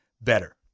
better